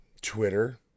Twitter